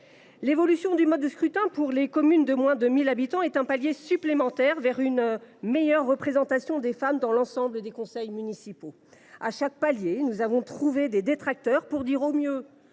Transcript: L’évolution du mode de scrutin pour les communes de moins de 1 000 habitants est un palier supplémentaire vers une meilleure représentation des femmes dans l’ensemble des conseils municipaux. À chaque palier, nous avons trouvé des détracteurs pour dire, au mieux,